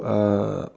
uh